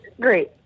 great